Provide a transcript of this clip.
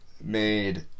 made